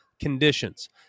conditions